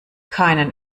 keinen